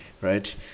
right